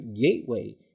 gateway